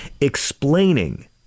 explaining